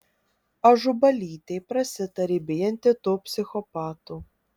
ažubalytė prasitarė bijanti to psichopato